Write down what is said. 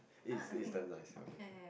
is is damn nice okay